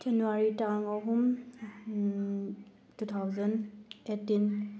ꯖꯅꯋꯥꯔꯤ ꯇꯥꯡ ꯑꯍꯨꯝ two thousand eighteen